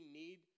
need